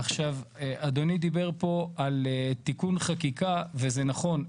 אדוני דיבר פה על תיקון חקיקה, וזה נכון.